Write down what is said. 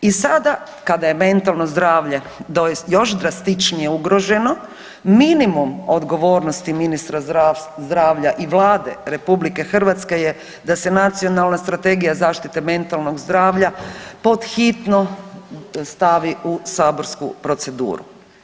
I sada kada je mentalno zdravlje .../nerazumljivo/... još drastičnije ugroženo, minimum odgovornosti ministra zdravlja i Vlade RH je da se nacionalna strategija zaštite mentalnog zdravlja pod hitno stavi u saborsku proceduru.